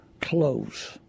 close